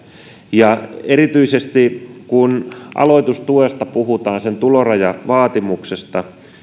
ja erityisesti kun aloitustuesta puhutaan sen tulorajavaatimuksesta